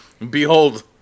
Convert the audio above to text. Behold